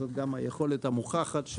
זאת גם היכולת המוכחת,